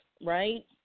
right